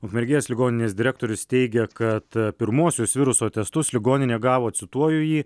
ukmergės ligoninės direktorius teigia kad pirmuosius viruso testus ligoninė gavo cituoju jį